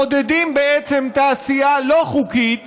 מעודדים בעצם תעשייה לא חוקית